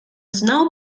snow